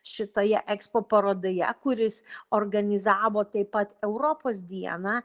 šitoje ekspo parodoje kuris organizavo taip pat europos dieną